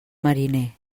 mariner